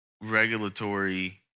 regulatory